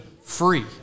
free